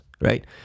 Right